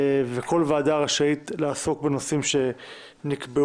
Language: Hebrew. וכל ועדה רשאית לעסוק בנושאים שנקבעו,